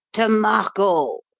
to margot!